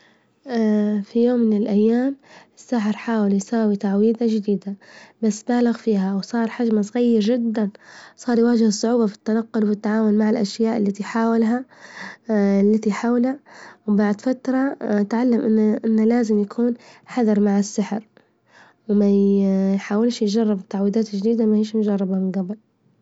في يوم من الأيام الساحر حاول يساوي تعويذة جديدة، بس بالغ فيها وصار حجمه صغييير جدا، صار يواجه صعوبة في التنقل والتعامل مع الأشياء التي حاولها التي حوله، وبعد فترة تعلم إنه انه لازم يكون حذر مع السحر، وما يحاولش يجرب التعويذات الجديدة مانيش نجربها من جبل.